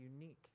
unique